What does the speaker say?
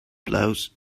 blows